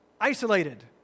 isolated